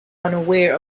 unaware